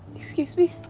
excuse me?